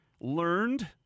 learned